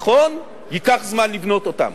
נכון, ייקח זמן לבנות אותן,